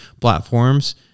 platforms